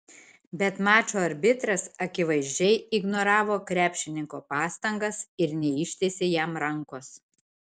bet mačo arbitras akivaizdžiai ignoravo krepšininko pastangas ir neištiesė jam rankos